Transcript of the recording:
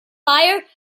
buyer